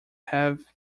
have